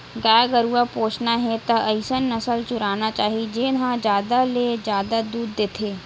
गाय गरूवा पोसना हे त अइसन नसल चुनना चाही जेन ह जादा ले जादा दूद देथे